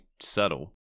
subtle